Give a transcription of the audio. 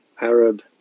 Arab